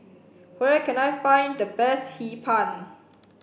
where can I find the best hee pan